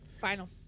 Final